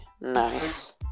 nice